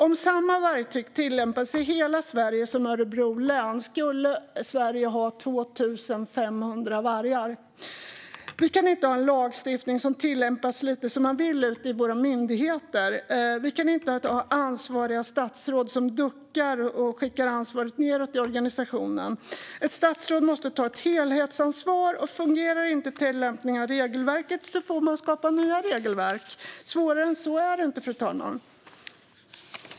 Om samma vargtäthet tillämpas som den i Örebro län skulle Sverige ha 2 500 vargar. Vi kan inte ha en lagstiftning som tillämpas lite som man vill ute i våra myndigheter. Vi kan inte ha ansvariga statsråd som duckar och skickar ansvaret nedåt i organisationen. Ett statsråd måste ta ett helhetsansvar. Fungerar inte tillämpningen av regelverket får man skapa nya regelverk. Svårare än så är det inte, fru talman.